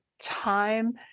time